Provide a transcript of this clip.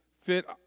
fit